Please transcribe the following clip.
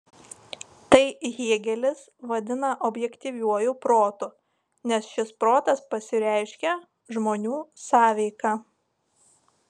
tai hėgelis vadina objektyviuoju protu nes šis protas pasireiškia žmonių sąveika